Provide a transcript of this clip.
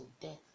death